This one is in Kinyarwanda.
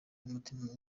umutima